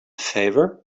favor